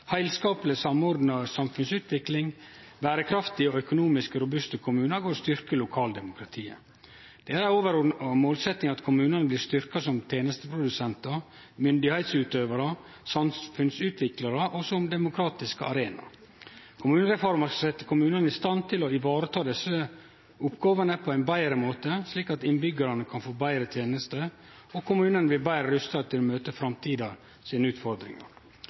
heilskapleg samordna samfunnsutvikling, berekraftige og økonomisk robuste kommunar og å styrkje lokaldemokratiet. Det er ei overordna målsetting at kommunane blir styrkte som tenesteprodusentar, myndigheitsutøvarar, samfunnsutviklarar og som demokratisk arena. Kommunereforma skal setje kommunane i stand til å vareta desse oppgåvene på ein betre måte, slik at innbyggjarane kan få betre tenester og kommunane blir betre rusta til å møte framtidige utfordringar.